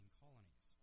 colonies